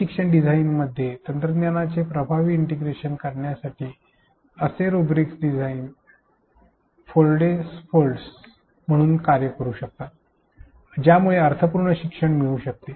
E शिक्षण डिझाइनमध्ये तंत्रज्ञानाचे प्रभावी इंटिग्रेशन करण्यासाठी असे रुब्रिक्स डिझाइन स्कोफोल्ड्स म्हणून कार्य करू शकते ज्यामुळे अर्थपूर्ण शिक्षण मिळू शकते